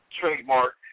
trademark